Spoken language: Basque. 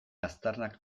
aztarnak